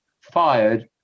fired